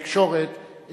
התקשורת,